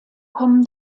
kommen